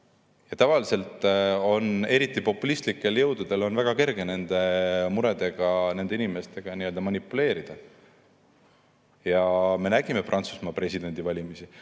Tavaliselt just populistlikel jõududel on väga kerge nende muredega, nende inimestega manipuleerida. Me nägime Prantsusmaa presidendivalimisi.